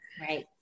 Right